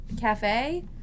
Cafe